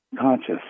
conscious